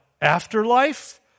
afterlife